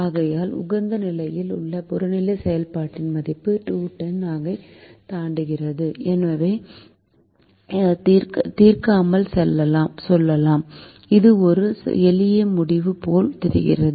ஆகையால் உகந்த நிலையில் உள்ள புறநிலை செயல்பாட்டின் மதிப்பு 210 ஐ தாண்டக்கூடாது என்பதை தீர்க்காமல் சொல்லலாம் இது ஒரு எளிய முடிவு போல் தெரிகிறது